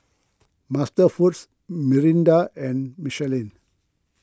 MasterFoods Mirinda and Michelin